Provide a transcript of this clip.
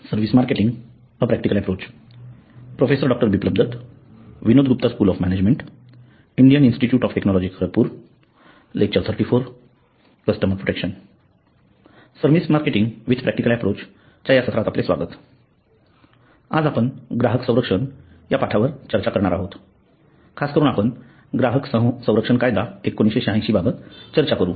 service marketing with practical approach च्या या सत्रात आपले स्वागत आज आपण ग्राहक संरक्षण या पाठावर चर्चा करणार आहोत खास करून आपण ग्राहक संरक्षण कायदा १९८६ बाबत चर्चा करू